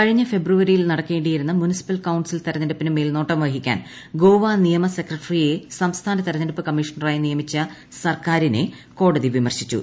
കഴിഞ്ഞ ഫെബ്രുവരിയിൽ നടക്കേണ്ടിയിരുന്ന മുൻസിപ്പൽ കൌൺസിൽ തിരഞ്ഞെടുപ്പിന് മേൽനോട്ടം വഹിക്കാൻ ഗോവ നിയമ സെക്രട്ടറിയെ സംസ്ഥാന തിരഞ്ഞെടുപ്പ് കമ്മീഷണറായി നിയമിച്ച സർക്കാരിനെ കോടതി വിമർശിച്ചു